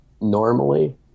normally